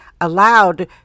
allowed